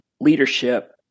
leadership